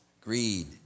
greed